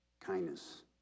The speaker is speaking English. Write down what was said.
Kindness